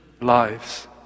lives